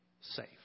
safe